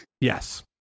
Yes